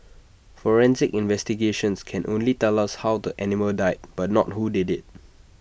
forensic investigations can only tell us how the animal died but not who did IT